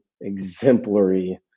exemplary